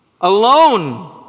alone